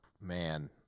man